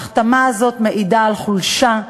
ההחתמה הזאת מעידה על חולשה,